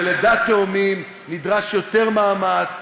בלידת תאומים נדרשים יותר מאמץ,